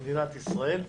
במדינת ישראל,